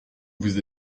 vous